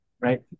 right